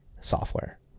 software